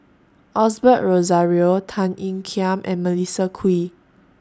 Osbert Rozario Tan Ean Kiam and Melissa Kwee